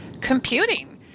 computing